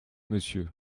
monsieur